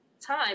time